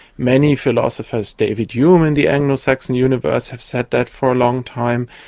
many philosophers, david hume, in the anglo saxon universe have said that for a long time.